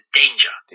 danger